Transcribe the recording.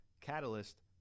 Catalyst